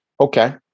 Okay